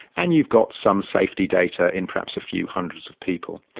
and you've got some safety data in perhaps a few hundreds of people.